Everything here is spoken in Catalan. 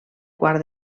quart